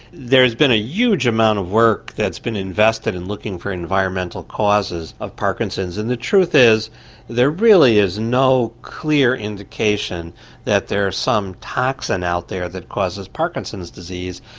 there has been a huge amount of work that's been invested in looking for environmental causes of parkinson's and the truth is there really is no clear indication that there's some toxin out there that causes parkinson's disease.